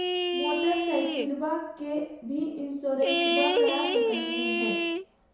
मोटरसाइकिलबा के भी इंसोरेंसबा करा सकलीय है?